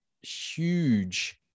huge